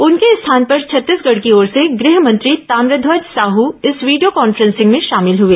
उनके स्थान पर छत्तीसगढ़ की ओर से गृह मंत्री ताम्रध्वज साहू इस वीडियो कॉन्फ्रेंसिंग में शामिल हुए